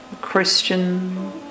Christian